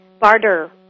barter